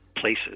places